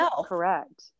Correct